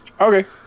Okay